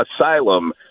asylum